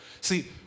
See